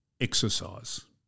Exercise